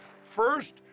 first